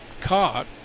caught